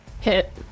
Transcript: Hit